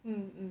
mm mm